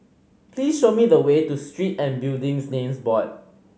please show me the way to Street and Building Names Board